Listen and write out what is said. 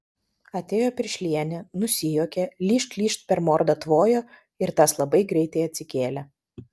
atėjo piršlienė nusijuokė lyžt lyžt per mordą tvojo ir tas labai greitai atsikėlė